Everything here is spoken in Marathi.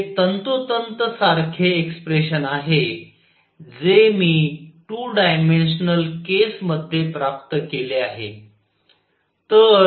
जे तंतोतंत सारखे एक्स्प्रेशन आहे जे मी 2 डायमेन्शनल केस मध्ये प्राप्त केले आहे